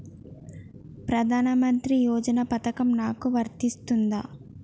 ప్రధానమంత్రి యోజన పథకం నాకు వర్తిస్తదా?